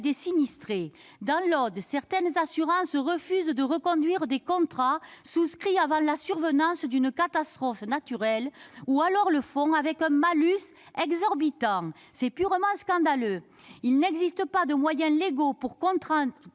des sinistrés. Dans l'Aude, certaines assurances refusent de reconduire des contrats souscrits avant la survenance d'une catastrophe naturelle, ou alors le font avec un malus exorbitant. C'est purement scandaleux. Il n'existe pas de moyens légaux pour les